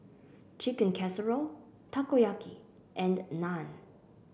Chicken Casserole Takoyaki and Naan